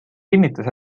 kinnitas